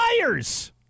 Liars